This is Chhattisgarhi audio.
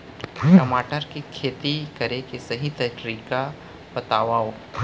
टमाटर की खेती करे के सही तरीका बतावा?